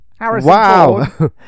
Wow